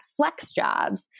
FlexJobs